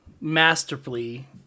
masterfully